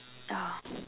oh